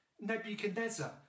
Nebuchadnezzar